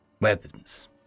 Weapons